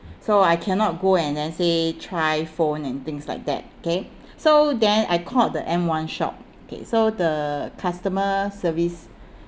so I cannot go and then say try phone and things like that okay so then I called the M one shop okay so the customer service